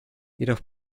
jedoch